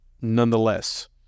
nonetheless